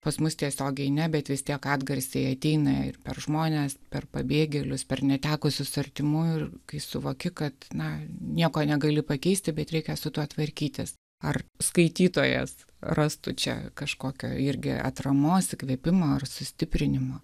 pas mus tiesiogiai ne bet vis tiek atgarsiai ateina ir per žmones per pabėgėlius per netekusius artimųjų ir kai suvoki kad na nieko negali pakeisti bet reikia su tuo tvarkytis ar skaitytojas rastų čia kažkokio irgi atramos įkvėpimo ar sustiprinimo